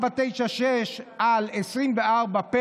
פ/496/24,